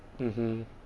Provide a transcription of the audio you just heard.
mmhmm